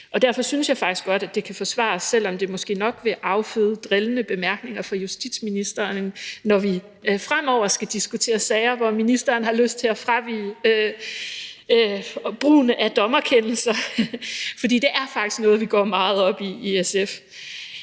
derfor synes jeg faktisk godt, det kan forsvares, selv om det måske nok vil afføde drillende bemærkninger fra justitsministeren, når vi fremover skal diskutere sager, hvor ministeren har lyst til at fravige brugen af dommerkendelser, fordi det faktisk er noget, vi går meget op i SF.